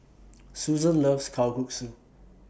Suzann loves Kalguksu